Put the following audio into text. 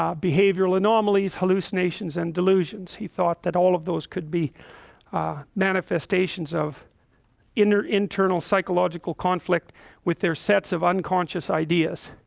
um behavioral anomalies hallucinations and delusions. he thought that all of those could be manifestations of inner internal psychological conflict with their sets of unconscious ideas,